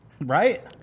Right